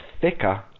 thicker